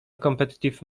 competitive